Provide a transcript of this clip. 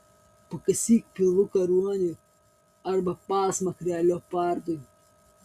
pakasyk pilvuką ruoniui arba pasmakrę leopardui